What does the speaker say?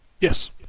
yes